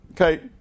Okay